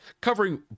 covering